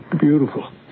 beautiful